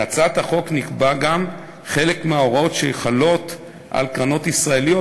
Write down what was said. בהצעת החוק נקבעות גם חלק מההוראות שחלות על קרנות ישראליות,